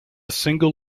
single